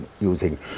using